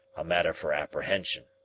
a matter for apprehension.